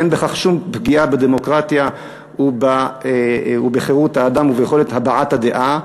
ואין בכך שום פגיעה בדמוקרטיה ובחירות האדם וביכולת הבעת הדעה.